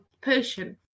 potion